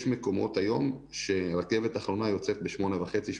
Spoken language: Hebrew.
יש מקומות היום שרכבת אחרונה יוצאת 20:30-20:40.